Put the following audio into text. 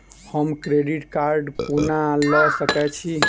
हम credit card कोना लऽ सकै छी?